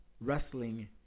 wrestling